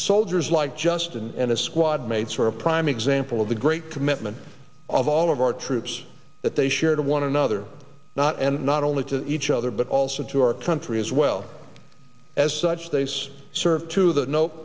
soldiers like justin and his squad mates for a prime example of the great commitment of all of our troops that they share to one another not and not only to each other but also to our country as well as such days serve to the no